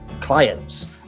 clients